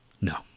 No